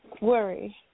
worry